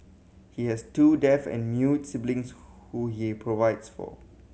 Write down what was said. he has two deaf and mute siblings who he provides for